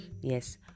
Yes